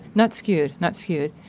not skewed not skewed.